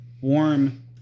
warm